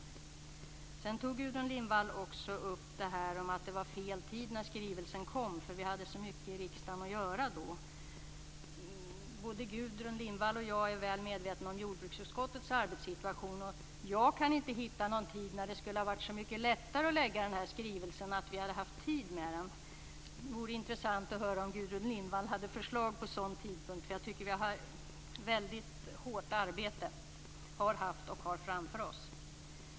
Gudrun Lindvall nämnde också att skrivelsen kom i fel tid, eftersom vi hade så mycket att göra i riksdagen då. Både Gudrun Lindvall och jag är väl medvetna om jordbruksutskottets arbetssituation, och jag kan inte hitta någon tid när det skulle ha varit så mycket lättare att lägga fram skrivelsen att vi hade haft mer tid med den. Det vore intressant att höra om Gudrun Lindvall har förslag på någon sådan tidpunkt. Jag tycker att vi har haft mycket hårt arbete och har det också framför oss.